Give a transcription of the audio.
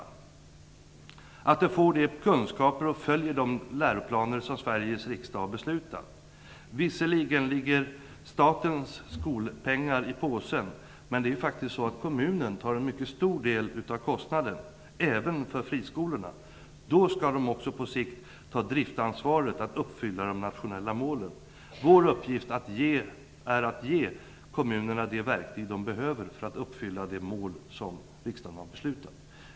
Då har man ansvar för att de får de kunskaper och följer de läroplaner som Sveriges riksdag har beslutat. Visserligen ligger statens skolpeng i påsen, men kommunen tar faktiskt en mycket stor del av kostnaden även för friskolorna. Då skall de också på sikt ta driftansvaret för att uppfylla de nationella målen. Vår uppgift är att ge kommunerna de verktyg som de behöver för att uppfylla de mål som riksdagen har beslutat.